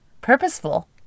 purposeful